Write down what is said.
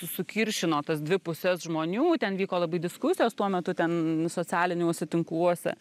sukiršino tas dvi puses žmonių ten vyko labai diskusijos tuo metu ten socialiniuose tinkluose